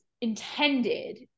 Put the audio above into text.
intended